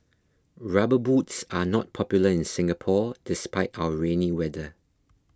rubber boots are not popular in Singapore despite our rainy weather